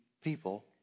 people